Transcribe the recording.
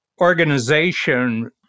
organization